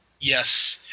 Yes